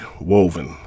woven